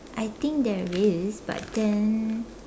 I think there is but then